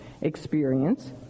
experience